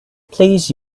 please